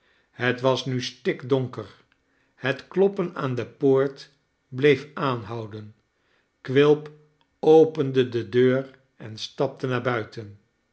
het was nu stikdonker het kloppen aan depoort bleef aanhouden quilp opende de deur en stapte naar buiten